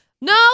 No